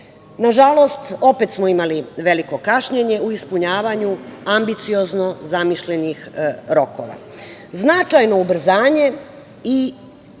Na žalost, opet smo imali veliko kašnjenje u ispunjavanju ambiciozno zamišljenih rokova. Značajno ubrzanje i